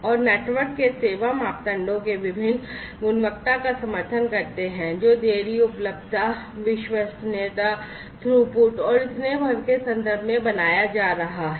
और नेटवर्क के सेवा मापदंडों के विभिन्न गुणवत्ता का समर्थन करते हैं जो देरी उपलब्धता विश्वसनीयता थ्रूपुट और इतने पर के संदर्भ में बनाया जा रहा है